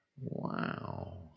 Wow